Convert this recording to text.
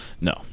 no